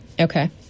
Okay